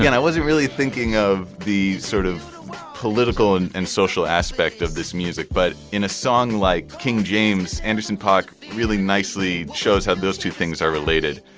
and i wasn't really thinking of the sort of political and and social aspect of this music. but in a song like king james, anderson paak really nicely shows how those two things are related.